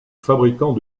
fabricant